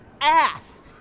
ass